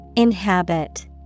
Inhabit